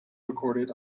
recorded